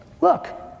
look